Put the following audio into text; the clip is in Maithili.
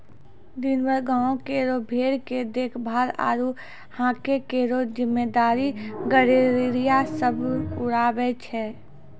दिनभर गांवों केरो भेड़ के देखभाल आरु हांके केरो जिम्मेदारी गड़ेरिया सब उठावै छै